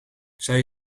zij